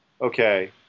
Okay